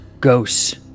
ghosts